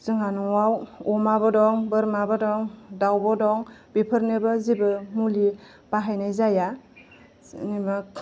जोंहा नवाव अमाबो दं बोरमाबो दं दाउबो दं बेफोरनोबो जेबो मुलि बाहायनाय जाया